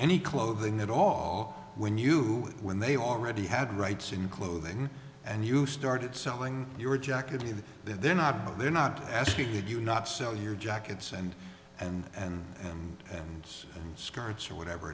any clothing at all when you when they already had rights and clothing and you started selling your jacket is that they're not they're not asking you do not sell your jackets and and and and and and skirts or whatever